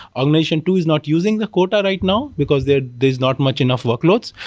organization two is not using the quota right now because there's there's not much enough workloads.